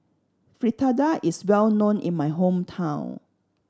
fritada is well known in my hometown